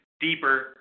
deeper